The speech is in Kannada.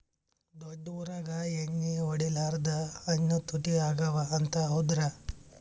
ದೊಡ್ಡ ಊರಾಗ ಎಣ್ಣಿ ಹೊಡಿಲಾರ್ದ ಹಣ್ಣು ತುಟ್ಟಿ ಅಗವ ಅಂತ, ಹೌದ್ರ್ಯಾ?